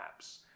apps